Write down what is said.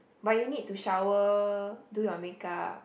but you need to shower do your make up